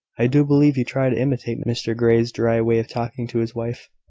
i do believe you try to imitate mr grey's dry way of talking to his wife.